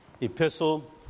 epistle